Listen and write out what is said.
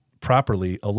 properly